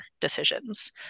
decisions